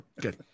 Good